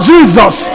Jesus